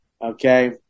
Okay